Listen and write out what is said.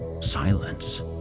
silence